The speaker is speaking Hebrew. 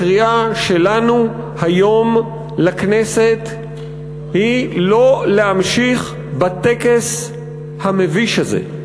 הקריאה שלנו היום לכנסת היא לא להמשיך בטקס המביש הזה.